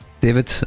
David